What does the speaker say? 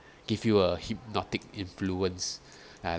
give you a hypnotic influence